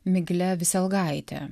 migle viselgaite